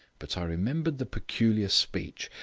but i remembered the peculiar speech,